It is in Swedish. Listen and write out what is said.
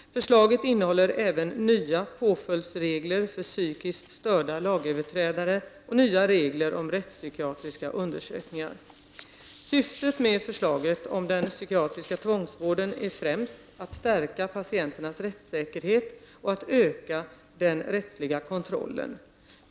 Förslaget innehåller även nya påföljdsregler för psykiskt störda lagöverträdare och nya regler om rättspsykiatriska undersökningar. Syftet med förslaget om den psykiatriska tvångsvården är främst att stärka patienternas rättssäkerhet och att öka den rättsliga kontrollen.